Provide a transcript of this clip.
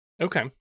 Okay